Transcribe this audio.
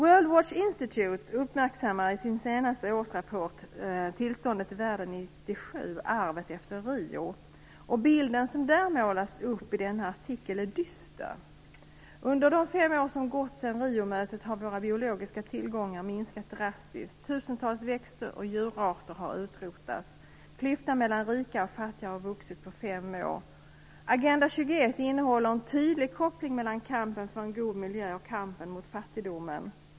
World Watch Institute uppmärksammar i sin senaste årsrapport tillståndet i världen år 1997 och arvet efter Rio. Bilden som målas upp i denna artikel är dyster. Under de fem år som gått sedan Riomötet har våra biologiska tillgångar minskat drastiskt. Tusentals växter och djurarter har utrotats. Klyftan mellan rika och fattiga har vuxit på fem år. Agenda 21 innehåller en tydlig koppling mellan kampen för en god miljö och kampen mot fattigdomen.